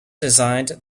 designed